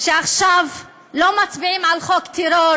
עכשיו לא מצביעים על חוק טרור,